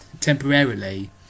temporarily